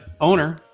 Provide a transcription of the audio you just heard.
owner